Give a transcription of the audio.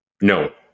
No